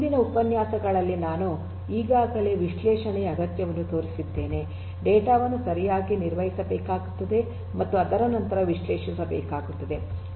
ಹಿಂದಿನ ಉಪನ್ಯಾಸಗಳಲ್ಲಿ ನಾನು ಈಗಾಗಲೇ ವಿಶ್ಲೇಷಣೆಯ ಅಗತ್ಯವನ್ನು ತೋರಿಸಿದ್ದೇನೆ ಡೇಟಾ ವನ್ನು ಸರಿಯಾಗಿ ನಿರ್ವಹಿಸಬೇಕಾಗುತ್ತದೆ ಮತ್ತು ಅದರ ನಂತರ ವಿಶ್ಲೇಷಿಸಬೇಕಾಗುತ್ತದೆ